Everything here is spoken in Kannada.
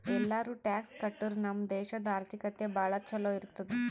ಎಲ್ಲಾರೂ ಟ್ಯಾಕ್ಸ್ ಕಟ್ಟುರ್ ನಮ್ ದೇಶಾದು ಆರ್ಥಿಕತೆ ಭಾಳ ಛಲೋ ಇರ್ತುದ್